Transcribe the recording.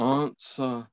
answer